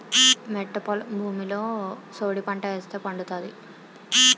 మెట్ట భూమిలో సోడిపంట ఏస్తే పండుతాది